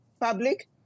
public